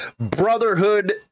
Brotherhood